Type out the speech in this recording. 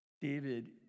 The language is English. David